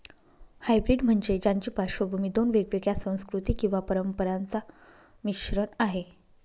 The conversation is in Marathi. हायब्रीड म्हणजे ज्याची पार्श्वभूमी दोन वेगवेगळ्या संस्कृती किंवा परंपरांचा मिश्रण आहे